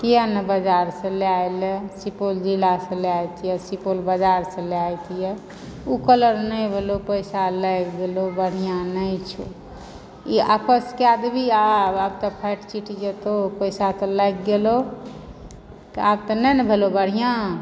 किए ने बजारसऽ लए अयलें सिपौल जिलासऽ लए अइतिये सिपौल बजारसऽ लए अइतिये ऊ कलर नै भेलौ पैसा लागि गेलौ बढ़िया नै छौ ई आपस कए देबहीं आ आब तऽ फाटि चिट जेतौ पैसा तऽ लागि गेलौ तऽ आब तऽ नै ने भेलौ बढ़िया